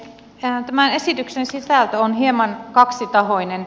tämän esityksen sisältö on hieman kaksitahoinen